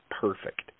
perfect